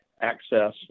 access